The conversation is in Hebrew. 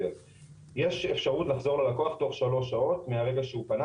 יש אפשרות לחזור ללקוח תוך שלוש שעות מהרגע שהוא פנה.